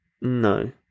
No